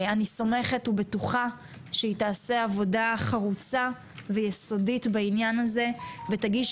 אני סומכת ובטוחה שהיא תעשה עבודה חרוצה ויסודית בעניין הזה ותגיש